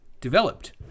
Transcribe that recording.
developed